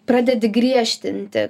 pradedi griežtinti